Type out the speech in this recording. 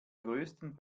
größten